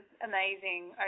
amazing